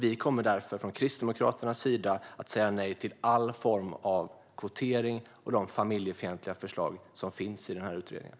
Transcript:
Vi kommer därför från Kristdemokraternas sida att säga nej till alla former av kvotering och de familjefientliga förslag som finns i den här utredningen.